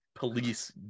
police